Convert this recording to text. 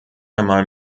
einmal